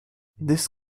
this